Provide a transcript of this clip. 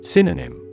Synonym